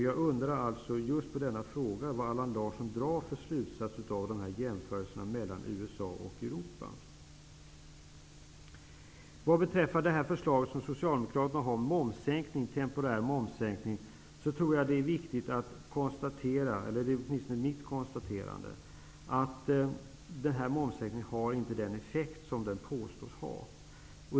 Jag undrar alltså just vad Allan Larsson drar för slutsats av jämförelserna mellan Vad beträffar förslaget från Socialdemokraterna om temporär momssänkning tror jag att det är viktigt att konstatera -- det är åtminstone mitt konstaterande -- att den sänkningen inte har den effekt som den påstås ha.